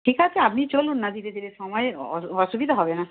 ঠিক আছে আপনি চলুন না ধীরে ধীরে সময়ের অসুবিধা হবে না